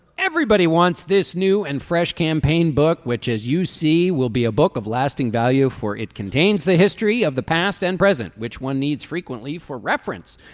everybody wants this new and fresh campaign book which as you see will be a book of lasting value for it contains the history of the past and present which one needs frequently for reference.